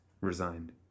resigned